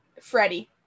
Freddie